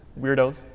Weirdos